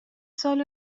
سال